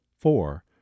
Four